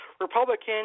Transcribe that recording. Republican